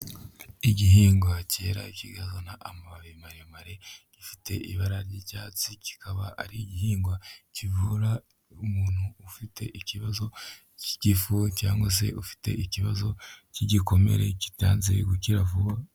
Igihingwa cyera kikazana amababi maremare, gifite ibara ry'icyatsi kikaba ari igihingwa kivura umuntu ufite ikibazo cy'igifu, cyangwa se ufite ikibazo cy'igikomere, kitanze gukira vuba.